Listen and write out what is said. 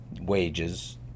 wages